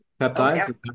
peptides